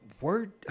word